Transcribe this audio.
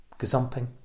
gazumping